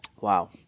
Wow